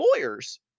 lawyers